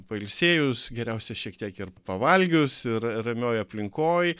pailsėjus geriausia šiek tiek ir pavalgius ir ramioj aplinkoj